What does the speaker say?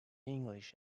english